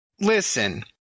Listen